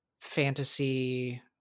fantasy